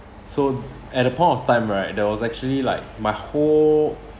so at that point of time right there was actually like my whole